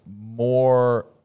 more